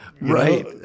right